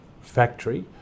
factory